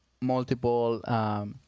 multiple